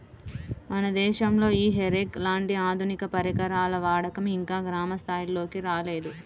మన దేశంలో ఈ హే రేక్ లాంటి ఆధునిక పరికరాల వాడకం ఇంకా గ్రామ స్థాయిల్లోకి రాలేదు